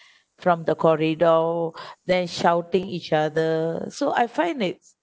from the corridor then shouting each other so I find that